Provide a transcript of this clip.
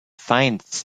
finds